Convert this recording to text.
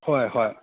ꯍꯣꯏ ꯍꯣꯏ